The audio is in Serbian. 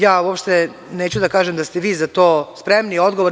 Ja uopšte neću da kažem da ste vi za to spremni, odgovorni.